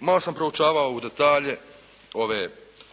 Malo sam proučavao u detalje ove